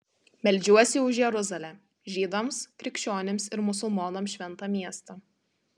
meldžiuosi už jeruzalę žydams krikščionims ir musulmonams šventą miestą